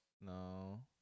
No